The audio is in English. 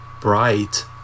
Bright